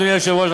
אדוני היושב-ראש,